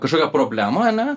kažkokią problemą ane